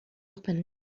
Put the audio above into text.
opened